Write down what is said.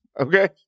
Okay